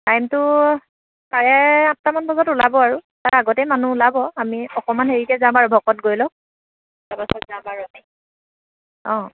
টাইমটো চাৰে আঠটামান বজাত ওলাব আৰু তাৰ আগতে মানুহ ওলাব আমি অকণমান হেৰিকে যাম আৰু ভকত গৈ লওক তাৰপাছত যাম আৰু আমি অঁ